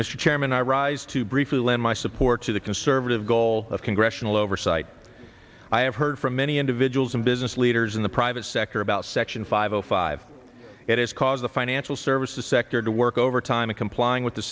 mr chairman i rise to briefly lend my support to the conservative goal of congressional oversight i have heard from many individuals and business leaders in the private sector about section five zero five it has caused the financial services sector to work overtime of complying with the